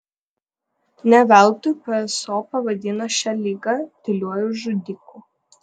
ne veltui pso pavadino šią ligą tyliuoju žudiku